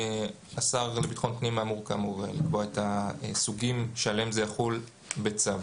השר לביטחון הפנים אמור לקבוע את הסוגים שעליהם זה יחול בצו,